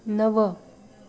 नव